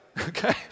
okay